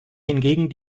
hingegen